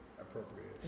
appropriate